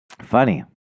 Funny